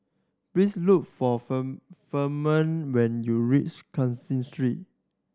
please look for Ferman when you reach Cashin Street